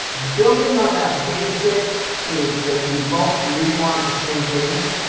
building on that basic truth that you both really want the same things.